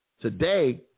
today